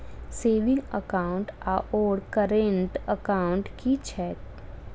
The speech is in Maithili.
सेविंग एकाउन्ट आओर करेन्ट एकाउन्ट की छैक?